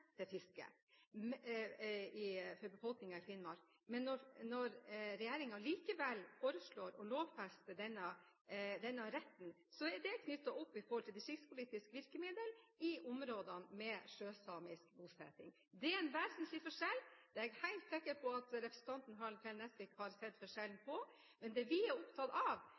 til fiske for befolkningen i Finnmark. Når regjeringen likevel foreslår å lovfeste denne retten, er det knyttet opp mot distriktspolitiske virkemidler i områdene med sjøsamisk bosetting. Det er en vesentlig forskjell. Det er jeg helt sikker på at representanten Harald T. Nesvik har sett forskjellen på. Det vi er opptatt av,